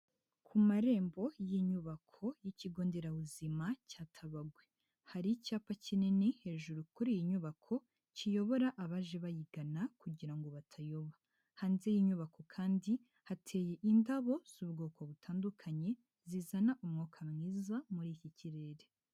Ku marembo y'inyubako y'ikigo nderabuzima cya tabagwe, hari icyapa kinini, hejuru kuri iyi nyubako kiyobora abaje bayigana kugira ngo batayoba, hanze y'iyi inyubako kandi hateye indabo z'ubwoko butandukanye zizana umwuka mwiza muri iki kirere.